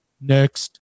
next